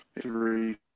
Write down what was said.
Three